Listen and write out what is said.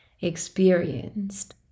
experienced